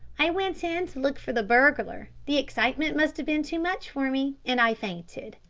i went in to look for the burglar the excitement must have been too much for me, and i fainted.